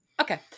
Okay